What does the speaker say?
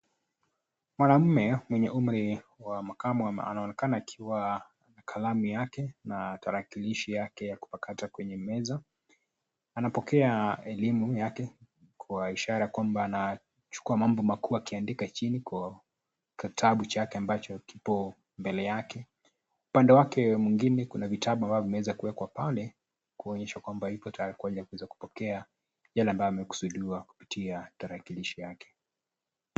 Mwanamme mwenye umri wa makamo wa anaonekana akiwa kalamu yake na tarakilishi yake ya kuwakata kwenye meza, anapokea elimu yake kuwa ishara kwamba anachukua mambo makuu akiandika chini kwa kitabu chake ambacho kipo mbele yake. Upande wake mwingine kuna vitabu ambavyo vimeweza kuwekwa pale kuonyesha kwamba iko tayari kwa ajili ya kuweza kupokea yale ambayo amekusudiwa kupitia tarakilishi yake.